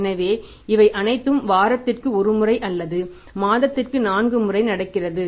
எனவே இவை அனைத்தும் வாரத்திற்கு ஒரு முறை அல்லது மாதத்திற்கு 4 முறை நடக்கிறது